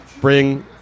Bring